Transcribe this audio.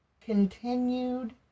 continued